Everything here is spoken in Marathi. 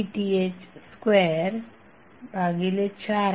pmaxVth24RL2224913